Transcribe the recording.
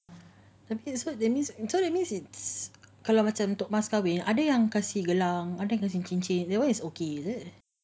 so that means so that means it's kalau macam untuk pasal wedding ada yang kasi gelang ada yang kasi cincin that one is okay is it